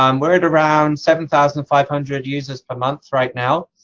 um we're at around seven thousand five hundred users per month, right now,